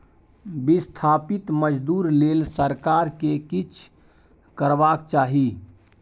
बिस्थापित मजदूर लेल सरकार केँ किछ करबाक चाही